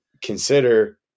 consider